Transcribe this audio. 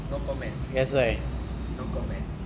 no comments no comments